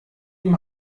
ihm